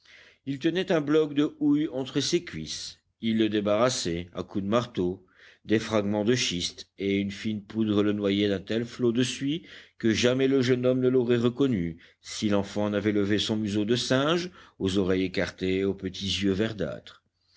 il tenait un bloc de houille entre ses cuisses il le débarrassait à coups de marteau des fragments de schiste et une fine poudre le noyait d'un tel flot de suie que jamais le jeune homme ne l'aurait reconnu si l'enfant n'avait levé son museau de singe aux oreilles écartées aux petits yeux verdâtres